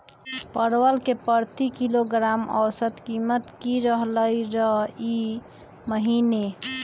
परवल के प्रति किलोग्राम औसत कीमत की रहलई र ई महीने?